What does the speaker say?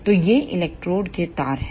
तो ये इलेक्ट्रोड के तार हैं